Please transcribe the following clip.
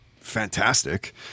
Fantastic